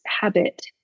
habit